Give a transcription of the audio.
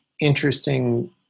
interesting